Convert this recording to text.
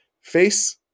Face